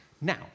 Now